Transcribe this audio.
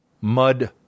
Mud